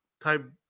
type